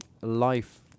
life